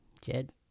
Jed